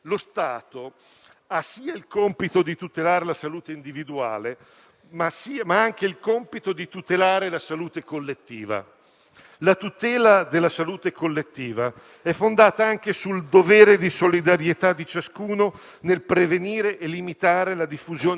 Qual è il punto che tiene in equilibrio la tutela della salute individuale e la tutela della salute collettiva? È il vaccino, meglio inteso come il dovere di vaccinarsi tutti, che fissa la misura del dovere di solidarietà a cui è chiamato ciascuno di noi